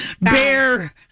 bear